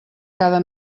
cada